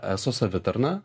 eso savitarna